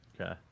Okay